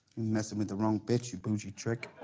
messing with the wrong bitch, you bougie trick.